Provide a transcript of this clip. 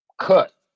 cut